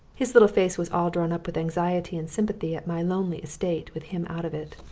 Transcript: his little face was all drawn up with anxiety and sympathy at my lonely estate with him out of it,